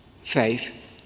faith